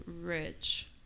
rich